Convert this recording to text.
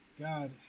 God